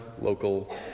local